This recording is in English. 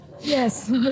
Yes